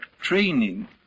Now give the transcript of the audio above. training